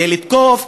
לתקוף,